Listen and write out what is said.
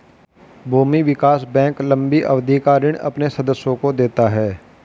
भूमि विकास बैंक लम्बी अवधि का ऋण अपने सदस्यों को देता है